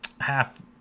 half